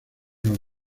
los